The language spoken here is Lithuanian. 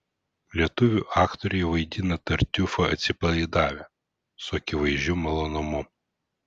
lietuvių aktoriai vaidina tartiufą atsipalaidavę su akivaizdžiu malonumu